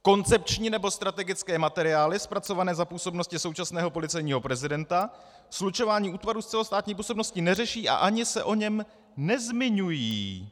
Koncepční nebo strategické materiály zpracované za působnosti současného policejního prezidenta slučování útvarů s celostátní působností neřeší a ani se o něm nezmiňují.